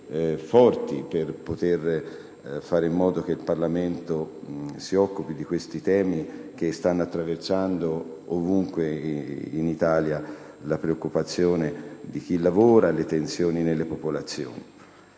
principali per fare in modo che il Parlamento si occupi di simili temi, che stanno evidenziando ovunque in Italia le preoccupazioni di chi lavora e le tensioni della popolazione.